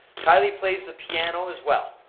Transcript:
kylie plays the piano as well.